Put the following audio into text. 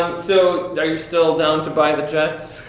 um so, are you still down to buy the jets?